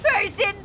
person